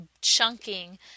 chunking